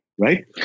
right